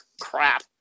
crap